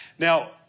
Now